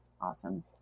awesome